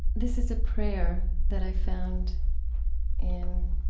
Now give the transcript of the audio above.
this is a prayer that i found in